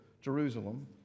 Jerusalem